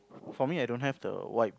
for me I don't have the white